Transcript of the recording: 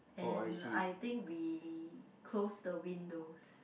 and I think we close the windows